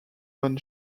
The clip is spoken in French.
von